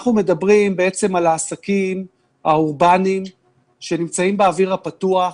אנחנו מדברים על העסקים האורבניים שנמצאים באוויר הפתוח,